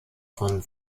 von